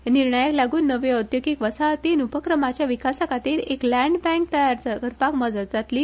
ह्या निर्णयाक लागून नव्यो उद्योगिक वसाहती आनी उपक्रमाच्या विकासाखातीर एक लँड बँक तयार करपाक मजत जातली